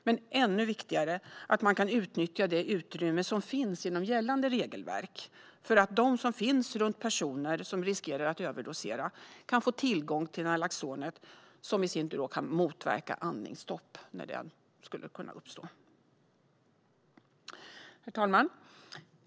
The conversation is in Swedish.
Men ännu viktigare är att man kan utnyttja det utrymme som finns inom gällande regelverk för att de som finns runt personer som riskerar att överdosera kan få tillgång till Nalaxon, som i sin tur kan motverka andningsstopp när det kan uppstå. Herr talman!